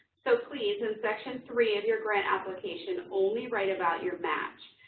so please, in section three of your grant application, only write about your match.